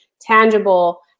tangible